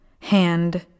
Hand